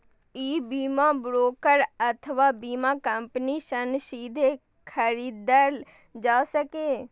ई बीमा ब्रोकर अथवा बीमा कंपनी सं सीधे खरीदल जा सकैए